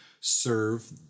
serve